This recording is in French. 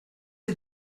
est